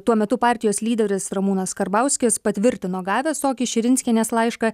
tuo metu partijos lyderis ramūnas karbauskis patvirtino gavęs tokį širinskienės laišką